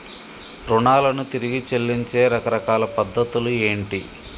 రుణాలను తిరిగి చెల్లించే రకరకాల పద్ధతులు ఏంటి?